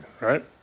right